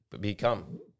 become